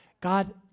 God